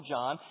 John